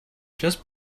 just